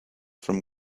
from